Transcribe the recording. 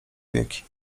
wieki